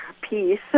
peace